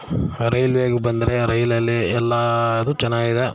ರೈಲ್ವೇಗೆ ಬಂದರೆ ರೈಲಲ್ಲಿ ಎಲ್ಲದೂ ಚೆನ್ನಾಗಿದೆ